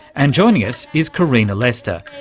and joining us is karina lester,